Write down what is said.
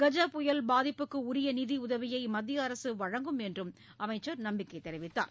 கஜ புயல் பாதிப்புக்கு உரிய நிதிஉதவியை மத்திய அரசு வழங்கும் என்றும் அமைச்சர் நம்பிக்கைத் தெரிவித்தார்